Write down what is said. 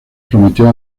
prometió